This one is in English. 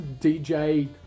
DJ